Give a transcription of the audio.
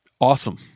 Awesome